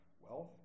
wealth